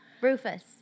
Rufus